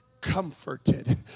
comforted